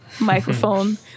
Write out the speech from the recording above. microphone